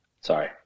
Sorry